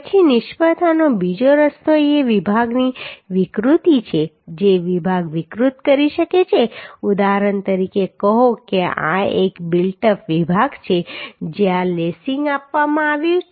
પછી નિષ્ફળતાનો બીજો રસ્તો એ વિભાગની વિકૃતિ છે જે વિભાગ વિકૃત કરી શકે છે ઉદાહરણ તરીકે કહો કે આ એક બિલ્ટ અપ વિભાગ છે જ્યાં લેસિંગ આપવામાં આવ્યું છે